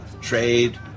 trade